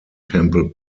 temple